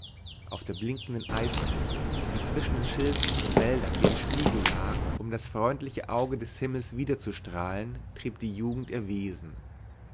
auf der blinkenden eisfläche die zwischen den schilfen und wäldern wie ein spiegel lag um das freundliche auge des himmels wiederzustrahlen trieb die jugend ihr wesen